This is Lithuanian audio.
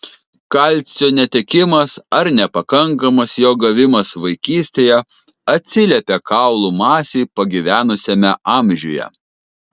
kalcio netekimas ar nepakankamas jo gavimas vaikystėje atsiliepia kaulų masei pagyvenusiame amžiuje